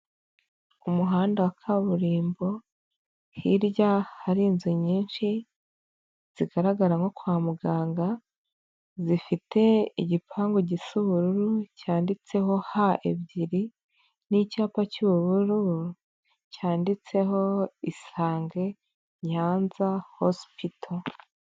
Ku muhanda wa kaburimbo hirya hari inzu nyinshi zigaragara nko kwa muganga zifite igipangu gisa ubururu cyanditseho h ebyiri n'icyapa cy'ubururu cyanditseho isange nyanza hosipito.